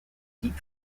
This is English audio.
heat